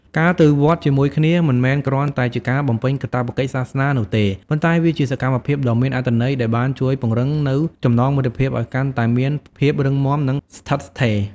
ការទៅវត្តជាមួយគ្នាមិនមែនគ្រាន់តែជាការបំពេញកាតព្វកិច្ចសាសនានោះទេ ប៉ុន្តែវាជាសកម្មភាពដ៏មានអត្ថន័យដែលបានជួយពង្រឹងនូវចំណងមិត្តភាពឲ្យកាន់តែមានភាពរឹងមាំនិងស្ថិតស្ថេរ។